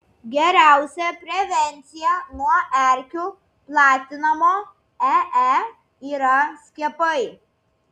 geriausia prevencija nuo erkių platinamo ee yra skiepai